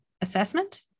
assessment